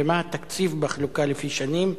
מה התקציב בחלוקה לפי שנים?